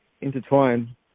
intertwined